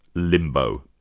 limbo.